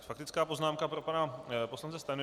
Faktická poznámka pro pana poslance Stanjuru.